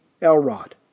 Elrod